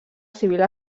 civil